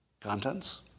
contents